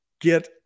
get